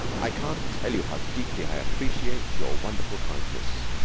i can't tell you how deeply i appreciate your wonderful kindness,